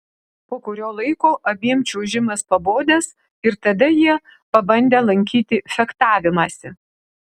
po kurio laiko abiem čiuožimas pabodęs ir tada jie pabandę lankyti fechtavimąsi